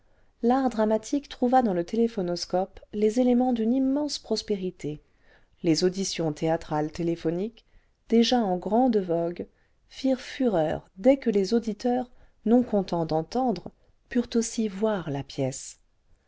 l'art dramatique trouva dans le téléphonoscope les éléments d'une immense prospérité les auditions théâtrales téléphoniques déjà en grande vogue firent fureur dès que les auditeurs non contents d'entendre purent aussi voir la pièce